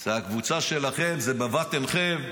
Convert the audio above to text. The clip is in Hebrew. זאת הקבוצה שלכם, זה בבת עיניכם.